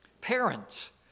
Parents